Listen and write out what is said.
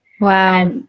Wow